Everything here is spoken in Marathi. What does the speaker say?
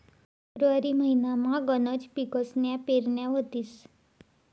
फेब्रुवारी महिनामा गनच पिकसन्या पेरण्या व्हतीस